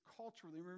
culturally